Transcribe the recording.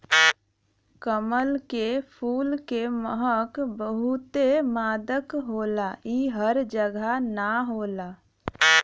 कमल के फूल के महक बहुते मादक होला इ हर जगह ना होला